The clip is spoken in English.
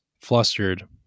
flustered